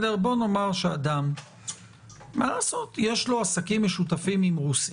בואו נאמר שלאדם יש עסקים משותפים עם רוסיה,